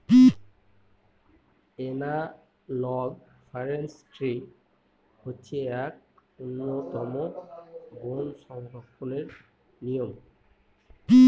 analogue forestry হচ্ছে এক উন্নতম বন সংরক্ষণের নিয়ম